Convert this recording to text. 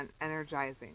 energizing